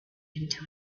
into